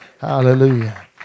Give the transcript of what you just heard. Hallelujah